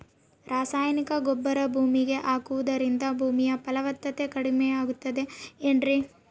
ರಾಸಾಯನಿಕ ಗೊಬ್ಬರ ಭೂಮಿಗೆ ಹಾಕುವುದರಿಂದ ಭೂಮಿಯ ಫಲವತ್ತತೆ ಕಡಿಮೆಯಾಗುತ್ತದೆ ಏನ್ರಿ?